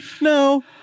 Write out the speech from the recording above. No